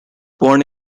born